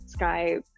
Skype